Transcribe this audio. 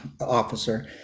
officer